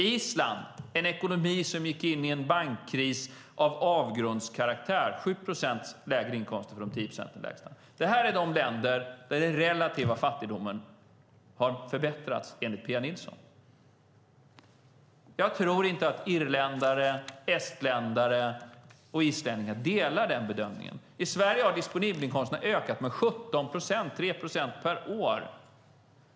I Island, en ekonomi som gick in i en bankkris av avgrundskaraktär, är det 7 procents lägre inkomster för de 10 procenten med lägsta inkomster. Det här är de länder där den relativa fattigdomen har minskat enligt Pia Nilsson. Jag tror inte att irländare, estländare och islänningar delar den bedömningen. I Sverige har de disponibla inkomsterna ökat med 17 procent, 3 procent per år.